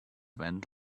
went